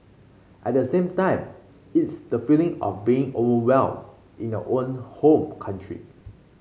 at the same time it's the feeling of being overwhelmed in your own home country